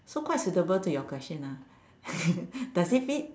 so quite suitable to your question ah does it fit